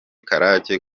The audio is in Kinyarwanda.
karake